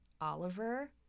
Oliver